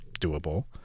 doable